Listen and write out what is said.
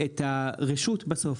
את הרשות בסוף,